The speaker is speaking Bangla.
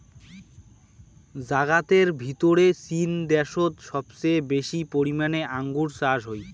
জাগাতের ভিতরে চীন দ্যাশোত সবচেয়ে বেশি পরিমানে আঙ্গুর চাষ হই